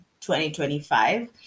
2025